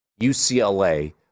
UCLA